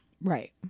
Right